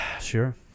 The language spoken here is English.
sure